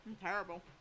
Terrible